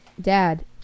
Dad